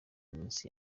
minsi